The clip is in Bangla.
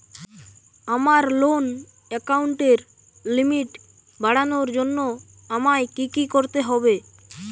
আমার লোন অ্যাকাউন্টের লিমিট বাড়ানোর জন্য আমায় কী কী করতে হবে?